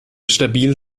stabil